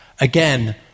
again